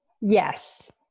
Yes